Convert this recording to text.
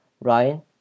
Ryan